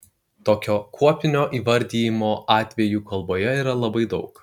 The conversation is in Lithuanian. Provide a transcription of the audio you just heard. tokio kuopinio įvardijimo atvejų kalboje yra labai daug